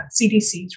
CDC's